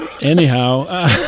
Anyhow